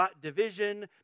division